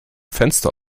fenster